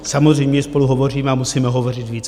Samozřejmě že spolu hovoříme a musíme hovořit víc.